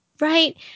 Right